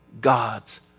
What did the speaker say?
God's